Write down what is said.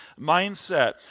mindset